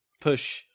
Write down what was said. push